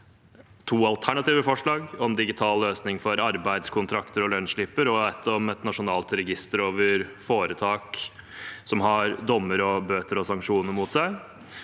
to alternative forslag, om digital løsning for arbeidskontrakter og lønnsslipper og om et nasjonalt register over foretak som har dommer, bøter og sanksjoner mot seg.